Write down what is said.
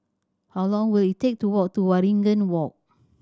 how long will it take to walk to Waringin Walk